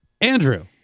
Andrew